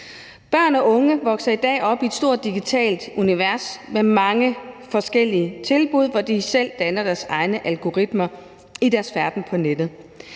Børn og unge vokser i dag op i et stort digitalt univers med mange forskellige tilbud, hvor de selv danner deres egne algoritmer i deres færden på nettet,